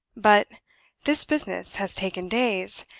but this business has taken days,